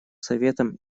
советом